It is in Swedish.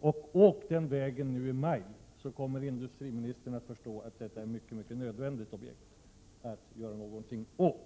och gör en färd längs den vägen i maj i år, kommer industriministern och kommunikationsministern att förstå att det är ett objekt som det är helt nödvändigt att göra någonting åt.